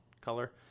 color